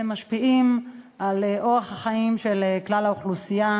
משפיעים על אורח החיים של כלל האוכלוסייה,